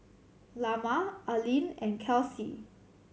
Lamar Aleen and Kelcie